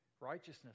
Righteousness